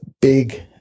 big